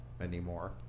anymore